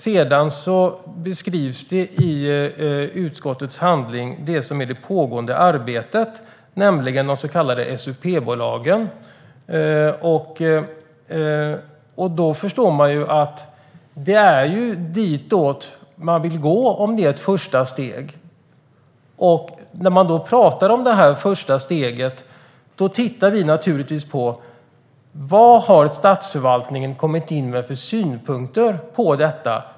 Sedan beskrivs i utskottets handling det pågående arbetet, nämligen de så kallade SUP-bolagen. Då förstår man ju att det är ditåt man vill gå, om det är ett första steg. När det gäller det första steget tittar vi naturligtvis på vad statsförvaltningen har kommit in med för synpunkter på detta.